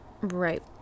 Right